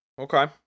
Okay